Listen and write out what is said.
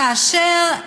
כאשר,